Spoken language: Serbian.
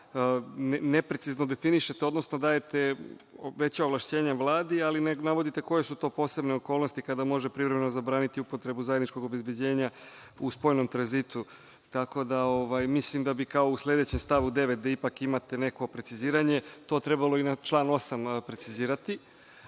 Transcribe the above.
neprecizno definišete, odnosno dajete veća ovlašćenja Vladi, ali ne navodite koje su to posebne okolnosti kada može privremeno zabraniti upotrebu zajedničkog obezbeđenja u spoljnom tranzitu. Tako da, mislim da bi kao u sledećem stavu 9, gde ipak imate neko preciziranje, to trebalo i na član 8. precizirati.